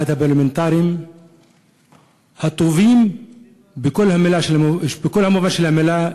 אחד הפרלמנטרים הטובים בכל המובן של המילה,